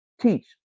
teach